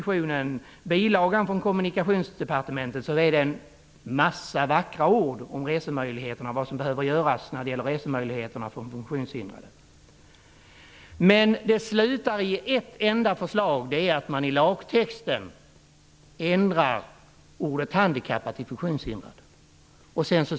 I bilagan från Kommunikationsdepartementet till budgetpropositionen finns det en mängd vackra ord om vad som behöver göras för resemöjligheterna för funktionshindrade. Men det hela slutar i ett enda förslag. Ordet handikappad ändras till funktionshindrad i lagtexten.